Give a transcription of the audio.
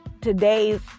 today's